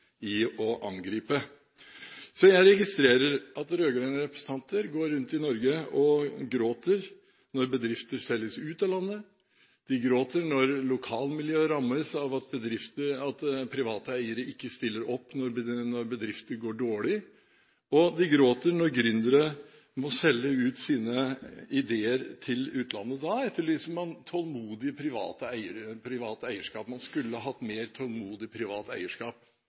i å angripe. Jeg registrerer at rød-grønne representanter går rundt og gråter når bedrifter i Norge selges ut av landet. De gråter når lokalmiljøer rammes av at private eiere ikke stiller opp når bedrifter går dårlig, og de gråter når gründere må selge sine ideer til utlandet. Da etterlyser man tålmodig privat eierskap – man skulle hatt mer tålmodig privat eierskap.